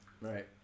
Right